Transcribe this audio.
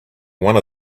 one